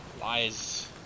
lies